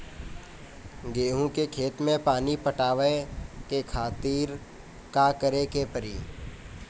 गेहूँ के खेत मे पानी पटावे के खातीर का करे के परी?